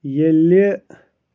ییٚلہِ